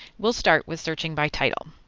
we'll start with searching by title.